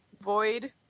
void